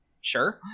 sure